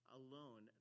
alone